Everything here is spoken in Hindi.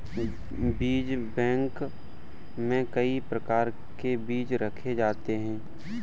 बीज बैंक में कई प्रकार के बीज रखे जाते हैं